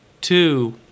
two